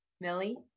Millie